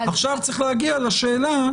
עכשיו צריך להגיע לשאלה,